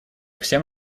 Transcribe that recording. всем